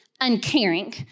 uncaring